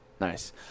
Nice